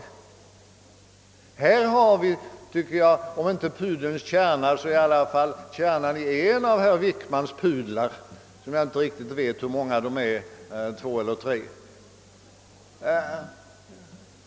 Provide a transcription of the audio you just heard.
Här har vi, tycker jag, om inte pudelns kärna så i alla fall kärnan i en av herr Wickmans pudlar som jag inte riktigt vet hur många de är — två eller tre.